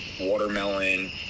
Watermelon